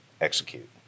execute